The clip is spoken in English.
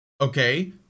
Okay